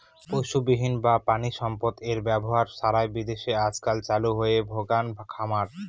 পশুবিহীন বা প্রানীসম্পদ এর ব্যবহার ছাড়াই বিদেশে আজকাল চালু হয়েছে ভেগান খামার